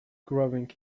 growing